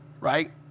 right